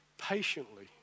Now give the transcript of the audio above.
Patiently